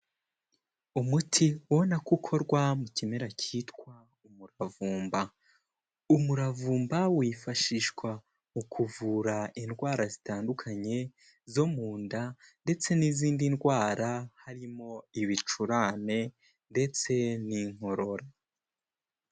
Umuti ubona ko ukorwa mu kimera kitwa umuravumba, umuravumba wifashishwa mu kuvura indwara zitandukanye zo mu nda ndetse n'izindi ndwara harimo ibicurane ndetse n'inkorora.